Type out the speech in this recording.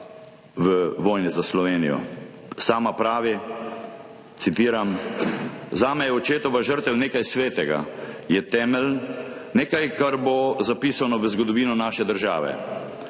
v vojni za Slovenijo. Sama pravi, citiram: »Zame je očetova žrtev nekaj svetega, je temelj, nekaj, kar bo zapisano v zgodovino naše države.